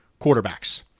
quarterbacks